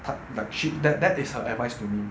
th~ th~ she that that is her advice to me